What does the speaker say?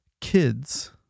kids